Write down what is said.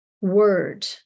word